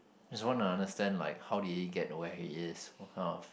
just wanna understand like how did he get to where he is what kind of